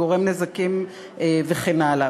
גורם נזקים וכן הלאה.